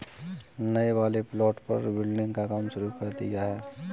नए वाले प्लॉट पर बिल्डिंग का काम शुरू किया है